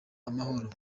amahoro